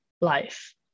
life